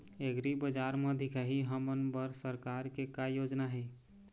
एग्रीबजार म दिखाही हमन बर सरकार के का योजना हे?